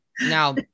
Now